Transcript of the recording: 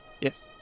Yes